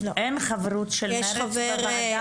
אין חברות של מרצ בוועדה?